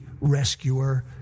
rescuer